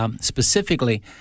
specifically